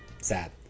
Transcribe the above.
Sad